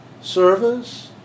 service